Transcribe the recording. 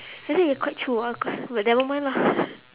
I say it's quite true ah but never mind lah